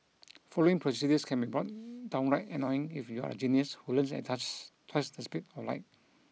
following procedures can be downright annoying if you're a genius who learns at twice the speed of light